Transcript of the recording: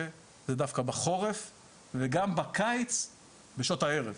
הוא דווקא בחורף וגם בקיץ בשעות הערב,